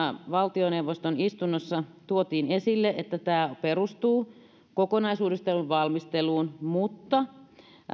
valtioneuvoston istunnossa tuotiin esille että tämä perustuu kokonaisuudistuksen valmisteluun mutta